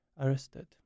arrested